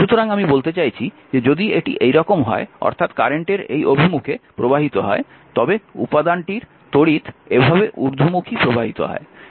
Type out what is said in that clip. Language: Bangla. সুতরাং আমি বলতে চাইছি যে যদি এটি এইরকম হয় অর্থাৎ কারেন্ট এই অভিমুখে প্রবাহিত হয় তবে এই উপাদানটির দিকে তড়িৎ এভাবে ঊর্ধ্বমুখী প্রবাহিত হয়